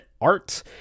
art